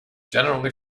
generally